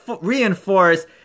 reinforce